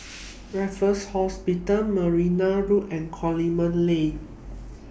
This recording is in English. Raffles Hospital Marne Road and Coleman Lane